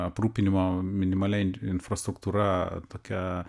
aprūpinimo minimalia infrastruktūra tokia